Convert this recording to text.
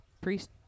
Priest